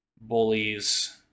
bullies